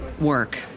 work